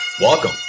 Welcome